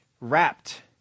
wrapped